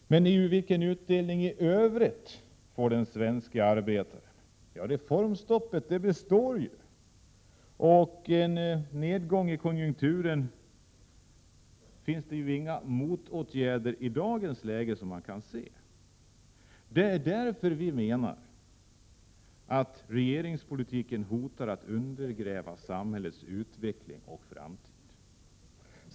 Men vilken utdelning i övrigt får den svenska arbetaren? Reformstoppet består ju, och en nedgång i konjunkturen finns det inga motåtgärder mot som man kan se i dag. Det är därför som vi menar att regeringens politik hotar att undergräva samhällets utveckling och framtid.